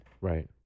right